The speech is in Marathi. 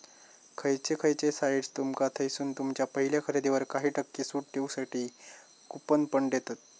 खयचे खयचे साइट्स तुमका थयसून तुमच्या पहिल्या खरेदीवर काही टक्के सूट देऊसाठी कूपन पण देतत